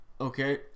Okay